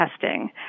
testing